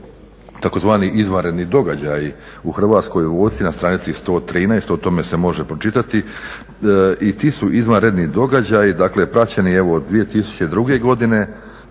to tzv. izvanredni događaji u hrvatskoj vojsci na stranici 113 o tome se može pročitati. I ti su izvanredni događaji praćeni od 2002.do